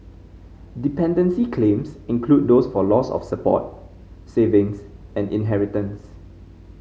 dependency claims include those for loss of support savings and inheritance